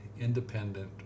independent